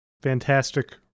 fantastic